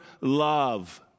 love